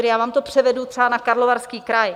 Já vám to převedu třeba na Karlovarský kraj.